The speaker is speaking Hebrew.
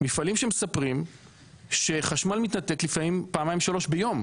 מפעלים שמספרים שחשמל מתנתק לפעמים פעמיים-שלוש ביום.